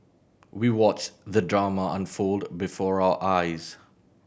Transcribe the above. we watched the drama unfold before our eyes